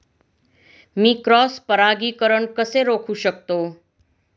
मी cross परागीकरण कसे रोखू शकतो?